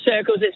circles